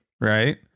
right